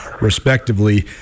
respectively